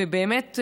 ובאמת,